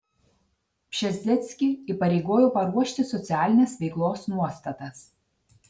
pšezdzieckį įpareigojo paruošti socialinės veiklos nuostatas